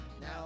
now